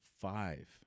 five